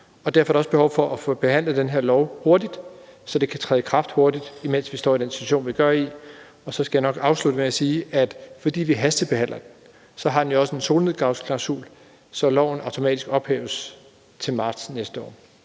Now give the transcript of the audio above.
derfor er der også behov for at få behandlet det her lovforslag hurtigt, så det kan træde i kraft hurtigt, når vi står i den situation, vi står i. Så skal jeg afslutte med at sige, at fordi vi hastebehandler det, har forslaget også en solnedgangsklausul, så loven automatisk ophæves til marts næste år.